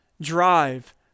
drive